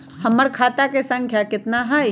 हमर खाता के सांख्या कतना हई?